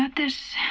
ah this